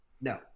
No